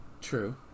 True